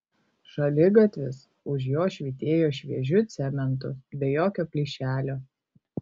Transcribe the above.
šaligatvis už jo švytėjo šviežiu cementu be jokio plyšelio